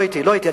לא הייתי.